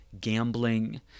gambling